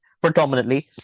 predominantly